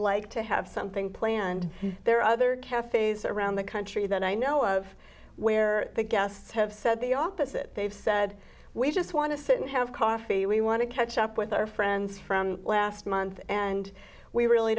like to have something planned their other cafes around the country that i know of where the guests have said the opposite they've said we just want to sit and have coffee we want to catch up with our friends from last month and we really